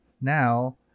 Now